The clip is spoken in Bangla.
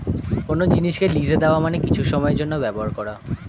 কোন জিনিসকে লিজে দেওয়া মানে কিছু সময়ের জন্যে ব্যবহার করা